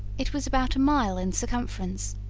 it was about a mile in circumference,